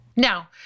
Now